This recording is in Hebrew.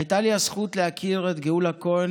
הייתה לי הזכות להכיר את גאולה כהן,